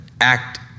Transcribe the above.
act